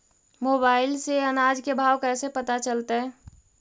Mobile से अनाज के भाव कैसे पता चलतै?